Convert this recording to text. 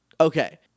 Okay